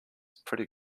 pretty